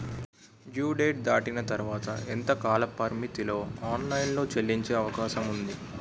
Due date దాటిన తర్వాత ఎంత కాలపరిమితిలో ఆన్ లైన్ లో చెల్లించే అవకాశం వుంది?